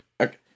okay